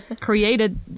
created